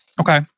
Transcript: Okay